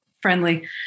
friendly